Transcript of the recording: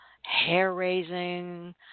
hair-raising